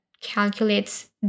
calculates